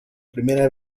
primera